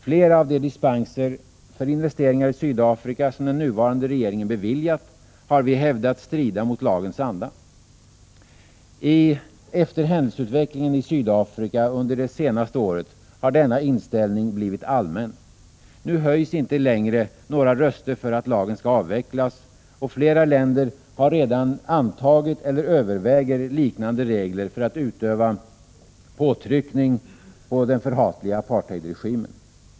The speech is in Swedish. Flera av de dispenser för investeringar i Sydafrika som den nuvarande regeringen beviljat har vi hävdat strider mot lagens anda. Efter händelseutvecklingen i Sydafrika under det senaste året har denna inställning blivit allmän. Nu höjs inte längre några röster för att lagen skall avvecklas, och flera länder har redan antagit eller överväger liknande regler för att utöva påtryckning på den förhatliga apartheidregimen.